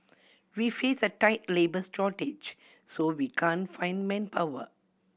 we face a tight labours shortage so we can't find manpower